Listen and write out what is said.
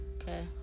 okay